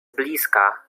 bliska